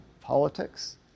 politics